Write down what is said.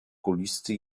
kulisty